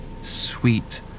Sweet